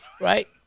Right